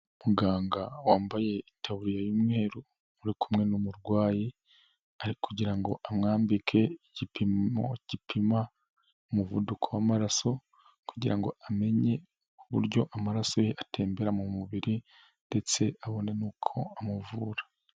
Umuganga wambaye itaburiya y'umweru uri kumwe n'umurwayi, ari kugira ngo amwambike igipimo gipima umuvuduko w'amaraso, kugira ngo amenye uburyo amaraso ye atembera mu mubiri, ndetse abone n'uko amuvura.